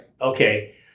Okay